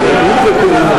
לשנים 2011 2012,